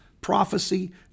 prophecy